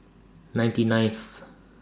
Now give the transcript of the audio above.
ninety ninth